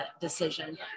decision